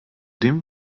dem